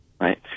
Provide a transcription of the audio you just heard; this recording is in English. Right